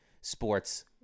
Sports